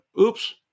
Oops